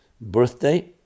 birthday